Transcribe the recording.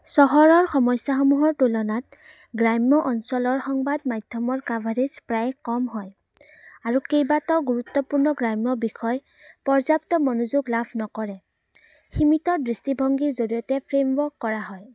চহৰৰ সমস্যাসমূহৰ তুলনাত গ্ৰাম্য অঞ্চলৰ সংবাদ মাধ্যমৰ কাভাৰেজ প্ৰায় কম হয় আৰু কেইবাটাও গুৰুত্বপূৰ্ণ গ্ৰাম্য বিষয় পৰ্যাপ্ত মনোযোগ লাভ নকৰে সীমিত দৃষ্টিভংগীৰ জৰিয়তে ফ্ৰেমৱৰ্ক কৰা হয়